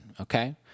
okay